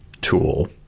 tool